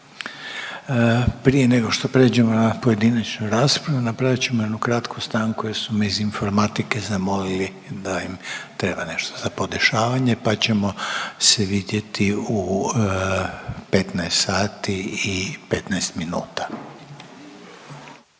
Prije nego što pređemo na pojedinačnu raspravu, napravit ćemo jednu kratku stanku jer su me iz informatike zamolili da im treba nešto za podešavanje pa ćemo se vidjeti u 15 sati i 15 minuta.